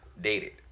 Dated